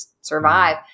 survive